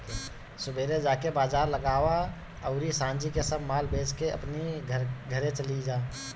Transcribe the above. सुबेरे जाके बाजार लगावअ अउरी सांझी से सब माल बेच के अपनी घरे चली जा